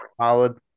Solid